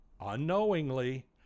unknowingly